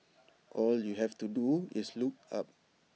all you have to do is look up